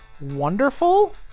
wonderful